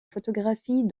photographie